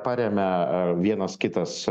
paremia vienas kitas